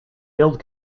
build